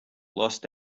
lost